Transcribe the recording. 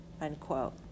Unquote